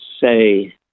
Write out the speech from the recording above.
say